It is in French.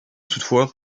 toutefois